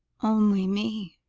only me